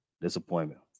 Disappointment